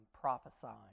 prophesying